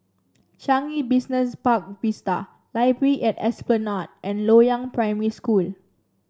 Changi Business Park Vista Library at Esplanade and Loyang Primary School